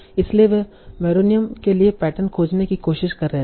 इसलिए वे मेरोंय्म के लिए पैटर्न खोजने की कोशिश कर रहे थे